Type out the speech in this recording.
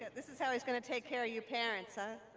this is how he's going to take care of you parents, huh?